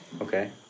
okay